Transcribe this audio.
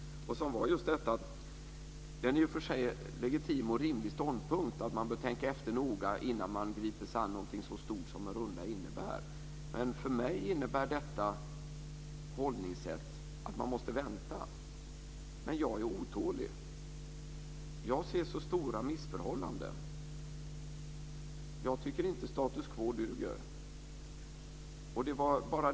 Det är i och för sig en legitim och rimlig ståndpunkt att man bör tänka efter noga innan man griper sig an något så stort som en runda innebär. För mig innebär detta hållningssätt att man måste vänta. Men jag är otålig. Jag ser så stora missförhållanden. Jag tycker inte att status quo duger.